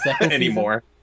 anymore